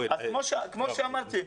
כמו שאמרתי,